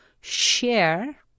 share